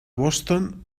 boston